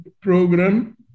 program